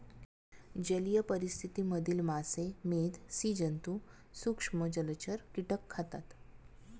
जलीय परिस्थिति मधील मासे, मेध, स्सि जन्तु, सूक्ष्म जलचर, कीटक खातात